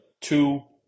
two